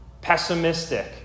pessimistic